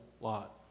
lot